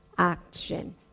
action